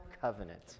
covenant